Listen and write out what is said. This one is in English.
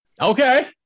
Okay